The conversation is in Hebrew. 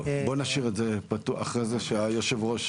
טוב בוא נשאיר את זה פתוח שאחרי זה יושב הראש ייתן.